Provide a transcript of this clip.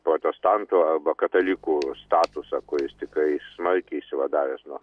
protestantų arba katalikų statusą kuris tikrai smarkiai išsivadavęs nuo